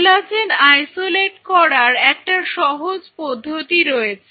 collagen isolate করার একটা সহজ পদ্ধতি রয়েছে